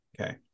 Okay